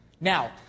Now